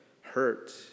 hurt